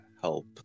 help